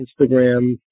Instagram